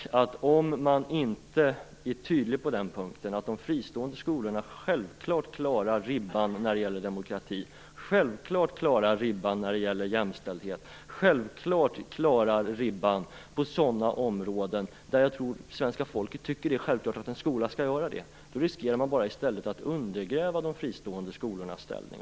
Om man inte är tydlig på den punkten - att de fristående skolorna självklart klarar ribban när det gäller demokrati, jämställdhet och andra sådana områden där svenska folket tycker det är självklart att en skola skall göra det - riskerar man i stället att undergräva de fristående skolornas ställning.